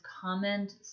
comment